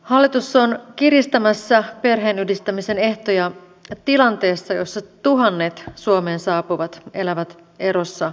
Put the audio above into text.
hallitus on kiristämässä perheenyhdistämisen ehtoja tilanteessa jossa tuhannet suomeen saapuvat elävät erossa läheisistään